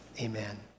Amen